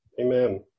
Amen